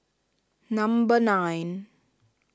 number nine